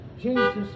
Jesus